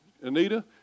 Anita